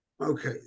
okay